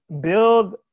build